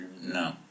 no